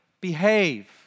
behave